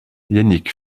yannick